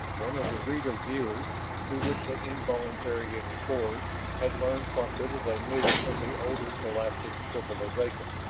one of the reader-viewers through which the involuntary explorers had learned what little they knew of the older galactic civilization.